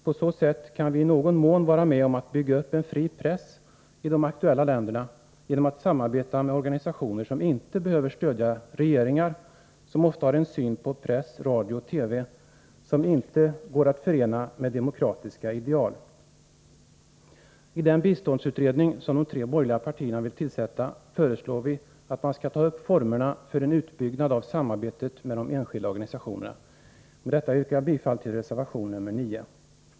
På så sätt kan vi i någon mån vara med om att bygga upp en fri press i de aktuella länderna genom att samarbeta med organisationer som inte behöver stödja regeringar, som ofta har en syn på press, radio och TV som inte går att förena med demokratiska ideal. I den biståndsutredning som de tre borgerliga partierna vill tillsätta föreslår vi att man skall ta upp formerna för en utbyggnad av samarbetet med de enskilda organisationerna. Med detta yrkar jag bifall till reservation 9.